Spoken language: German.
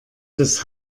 das